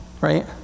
Right